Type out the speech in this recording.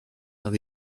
that